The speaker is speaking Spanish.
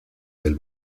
del